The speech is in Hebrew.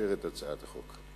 לאשר את הצעת החוק.